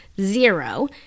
Zero